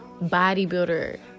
bodybuilder